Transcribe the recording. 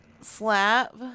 slap